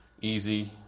easy